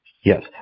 Yes